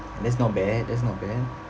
that's not bad that's not bad